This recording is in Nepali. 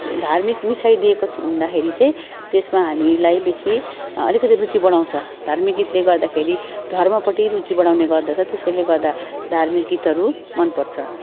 धार्मिक विषय दिएको छु हुँदाखेरि चाहिँ त्यसमा हामीलाई चाहिँ बेसी अलिकति रुचि बढाउँछ धार्मिक गीतले गर्दाखेरि धर्मपट्टि रुचि बढाउने गर्दछ त्यसैले गर्दा धार्मिक गीतहरू मनपर्छ